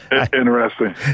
Interesting